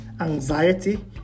anxiety